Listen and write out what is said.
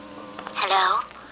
Hello